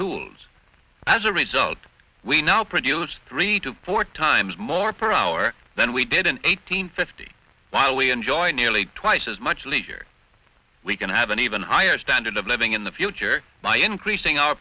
tools as a result we now produce three to four times more per hour than we did an eighteen fifty while we enjoy nearly twice as much leisure we can have an even higher standard of living in the future why increasing our